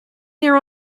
there